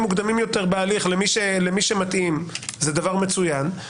מוקדמים יותר בהליך למי שמתאים זה מצוין.